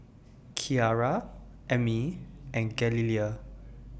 Kiara Emmie and Galilea